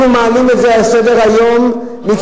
אנחנו מעלים את זה על סדר-היום מכיוון